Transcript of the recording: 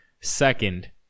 Second